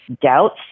doubts